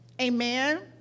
Amen